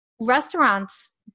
restaurants